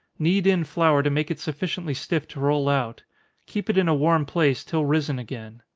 knead in flour to make it sufficiently stiff to roll out keep it in a warm place, till risen again.